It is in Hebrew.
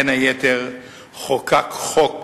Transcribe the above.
בין היתר חוקק חוק